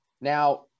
Now